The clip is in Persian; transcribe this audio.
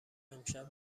امشب